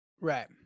Right